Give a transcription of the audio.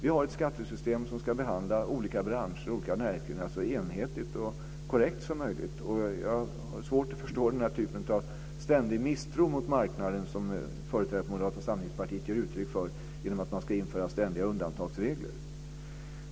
Vi har ett skattesystem som ska behandla olika branscher och olika näringsgrenar så enhetligt och korrekt som möjligt, och jag har svårt att förstå den typ av ständig misstro mot marknaden som företrädare för Moderata samlingspartiet ger uttryck för genom att man vill införa ständiga undantagsregler.